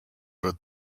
but